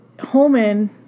Holman